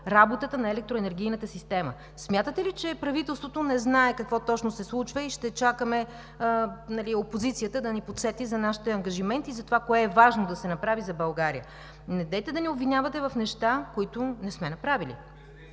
работата на електроенергийната система. Смятате ли, че правителството не знае какво точно се случва и ще чакаме опозицията да ни подсети за нашите ангажименти и за това кое е важно да се направи за България?! Недейте да ни обвинявате в неща, които не сме направили.